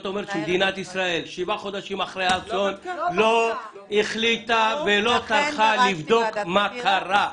שבעה חודשים אחרי האסון לא טרחה לבדוק מה קרה.